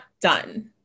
done